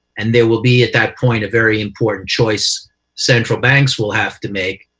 and there will be at that point a very important choice central banks will have to make,